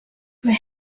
where